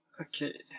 Okay